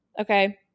Okay